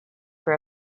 for